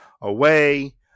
away